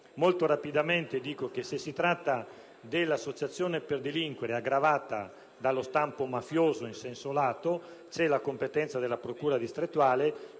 Faccio presente che se si tratta di associazione per delinquere aggravata dallo stampo mafioso in senso lato è competente la procura distrettuale,